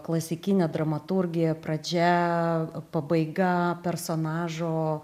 klasikinė dramaturgija pradžia pabaiga personažo